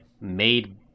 made